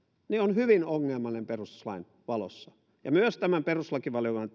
on hyvin ongelmallinen perustuslain valossa ja myös tämän perustuslakivaliokunnan